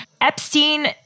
Epstein